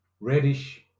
reddish